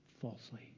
falsely